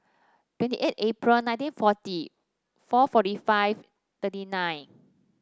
twenty eight April nineteen forty four forty five thirty nine